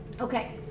Okay